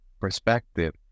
perspective